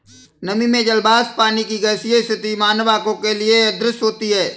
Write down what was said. नमी में जल वाष्प पानी की गैसीय स्थिति मानव आंखों के लिए अदृश्य होती है